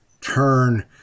turn